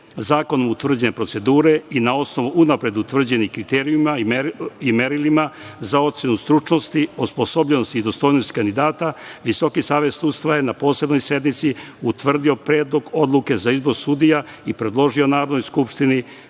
zakonom utvrđene procedure i na osnovu unapred utvrđenih kriterijuma i merila za ocenu stručnosti, osposobljenosti i dostojnosti kandidata, Visoki savet sudstva je na posebnoj sednici utvrdio predlog odluke za izbor sudija i predložio Narodnoj skupštini